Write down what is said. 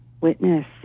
witness